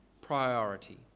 priority